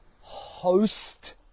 host